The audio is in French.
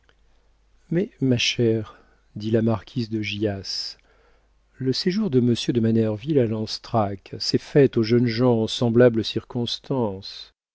mais ma chère dit la marquise de gyas le séjour de monsieur de manerville à lanstrac ces fêtes aux jeunes gens en semblables circonstances